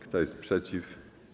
Kto jest przeciw?